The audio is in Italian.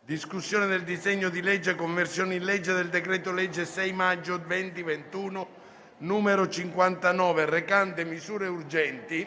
di esame del disegno di legge di conversione in legge del decreto-legge 6 maggio 2021, n. 59, recante: «Misure urgenti